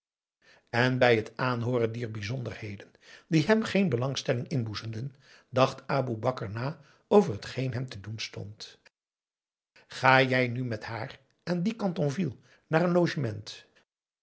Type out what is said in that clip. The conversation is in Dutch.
en bij het aanhooren dier bijzonderheden die hem geen belangstelling inboezemden dacht aboe bakar na over hetgeen hem te doen stond ga jij nu met haar en dien chatonville naar een logement